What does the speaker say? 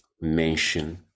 mention